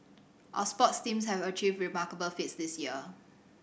our sports teams have achieved remarkable feats this year